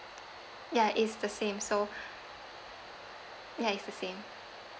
ya it's the same so ya it's the same